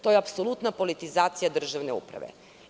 To je apsolutna politizacija državne uprave.